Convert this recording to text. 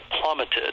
plummeted